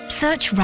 search